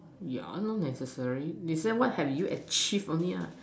yeah not necessary they say what have you achieved only ah